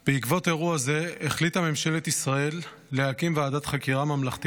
בעקבות אירוע זה החליטה ממשלת ישראל להקים ועדת חקירה ממלכתית